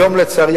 לצערי,